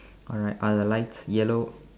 alright are the lights yellow